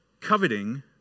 coveting